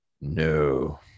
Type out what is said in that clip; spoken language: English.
No